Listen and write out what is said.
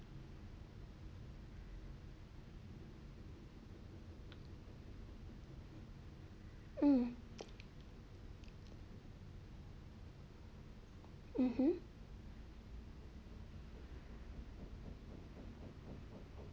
hmm mmhmm